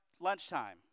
lunchtime